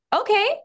okay